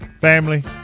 Family